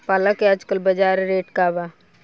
पालक के आजकल बजार रेट का बा?